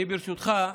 אני, ברשותך,